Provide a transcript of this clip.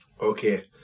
Okay